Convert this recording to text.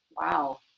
Wow